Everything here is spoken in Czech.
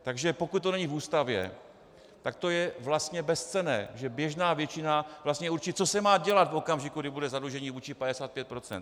Takže pokud to není v Ústavě, tak to je vlastně bezcenné, protože běžná většina vlastně určí, co se má dělat v okamžiku, kdy bude zadlužení vůči 55 %.